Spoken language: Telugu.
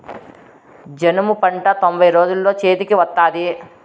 జనుము పంట తొంభై రోజుల్లో చేతికి వత్తాది